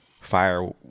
fire